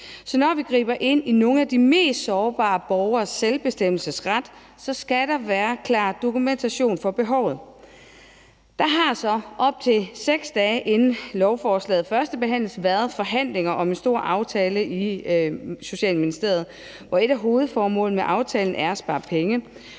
Så når vi griber ind i nogle af de mest sårbare borgeres selvbestemmelsesret, skal der være klar dokumentation for behovet. Der har så op til 6 dage inden lovforslagets førstebehandling været forhandlinger om en stor aftale i Socialministeriet. Et af hovedformålene med aftalen er at spare penge,